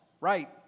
right